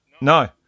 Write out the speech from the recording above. no